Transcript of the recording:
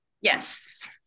Yes